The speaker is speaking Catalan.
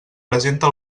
presenta